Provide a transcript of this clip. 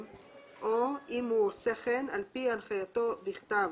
או אם הוא עושה כן על פי הנחייתו בכתב,